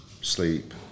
sleep